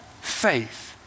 faith